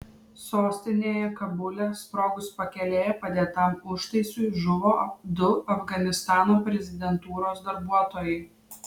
sostinėje kabule sprogus pakelėje padėtam užtaisui žuvo du afganistano prezidentūros darbuotojai